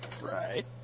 Right